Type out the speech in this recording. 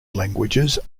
languages